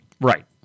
Right